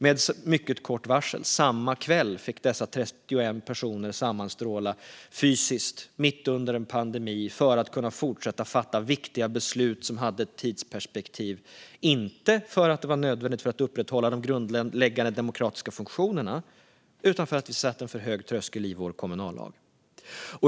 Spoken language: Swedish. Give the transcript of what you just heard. Med mycket kort varsel, samma kväll, fick dessa 31 personer sammanstråla fysiskt, mitt under en pandemi, för att kunna fortsätta fatta viktiga beslut som hade tidsperspektiv. Det var inte för att det var nödvändigt för att upprätthålla de grundläggande demokratiska funktionerna utan för att vi har satt en för hög tröskel i vår kommunallag.